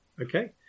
Okay